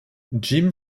jim